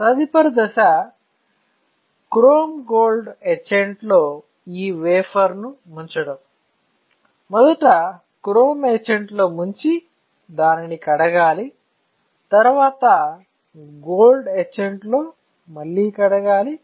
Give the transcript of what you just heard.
తదుపరి దశ chrome gold ఎచాంట్లో ఈ వేఫర్ ను ముంచడం మొదట క్రోమ్ ఎచాంట్ ముంచి దానిని కడగాలి తరువాత గోల్డ్ ఎచాంట్ లో మళ్ళీ కడగాలి